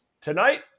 Tonight